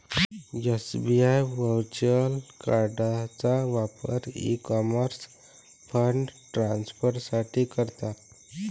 SBI virtual कार्डचा वापर व्यापारी ई कॉमर्स फंड ट्रान्सफर साठी करतात